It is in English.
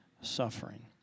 suffering